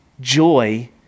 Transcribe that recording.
joy